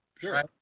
Sure